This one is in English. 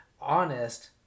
honest